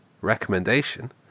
recommendation